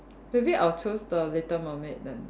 maybe I'll choose the little mermaid then